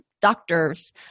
doctors